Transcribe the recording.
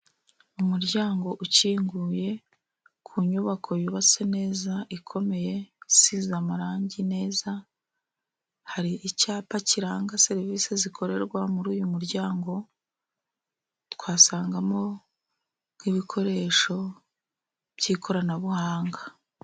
Umuryango ukinguye ku nyubako yubatse neza ikomeye isize amarangi neza, hari icyapa kiranga serivisi zikorerwa muri uyu muryango, twasangamo nk'ibikoresho by'ikoranabuhanga.